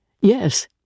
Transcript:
Yes